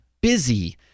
busy